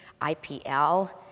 IPL